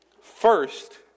First